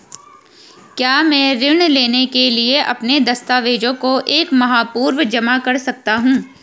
क्या मैं ऋण लेने के लिए अपने दस्तावेज़ों को एक माह पूर्व जमा कर सकता हूँ?